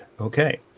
Okay